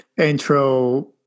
intro